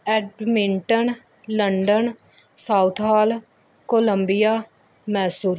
Edmonton London Southall Columbia Mysore